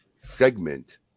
segment